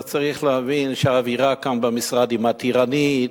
אתה צריך להבין שהאווירה כאן במשרד היא מתירנית,